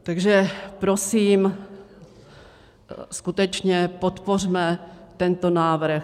Takže prosím, skutečně podpořme tento návrh.